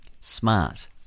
smart